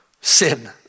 sin